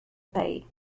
pay